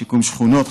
שיקום שכונות,